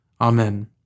Amen